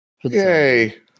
Yay